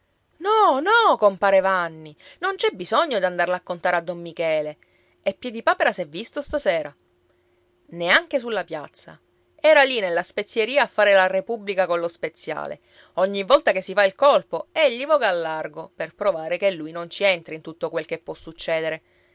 no no compare vanni non c'è bisogno d'andarle a contare a don michele e piedipapera s'è visto stasera neanche sulla piazza era lì nella spezieria a fare la repubblica collo speziale ogni volta che si fa il colpo egli voga al largo per provare che lui non ci entra in tutto quel che può succedere